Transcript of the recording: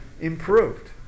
improved